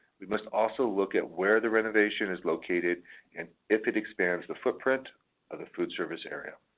we must also look at where the renovation is located and if it expands the footprint of the food service area.